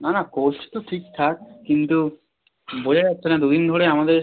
না না কোর্স তো ঠিকঠাক কিন্তু বোঝা যাচ্ছে না দু দিন ধরে আমাদের